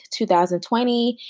2020